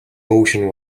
motion